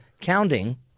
counting